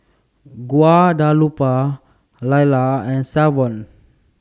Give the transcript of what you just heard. Guadalupe Lalla and Savon